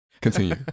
continue